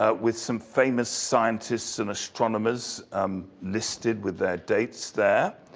ah with some famous scientists and astronomers listed with their dates there.